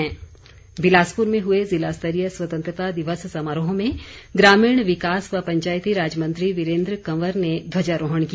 बिलासपुर स्वतंत्रता दिवस बिलासपुर में हुए जिला स्तरीय स्वतंत्रता दिवस समारोह में ग्रामीण विकास व पंचायतीराज मंत्री वीरेंद्र कंवर ने ध्वजारोहण किया